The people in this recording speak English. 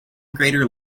greater